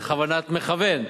בכוונת מכוון,